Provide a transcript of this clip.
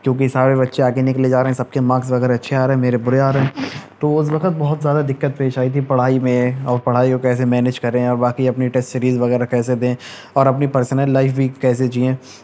کیونکہ سارے بچے آگے نکلے جا رہے ہیں سب کے مارکس اگر اچھے آ رہے ہیں میرے برے آ رہے ہیں تو اس وقت بہت زیادہ دقت پیش آئی تھی پڑھائی میں اور پڑھائی کو کیسے مینیج کریں اور باقی اپنے ٹیسٹ سریز وغیرہ کیسے دیں اور اپنی پرسنل لائف بھی کیسے جئیں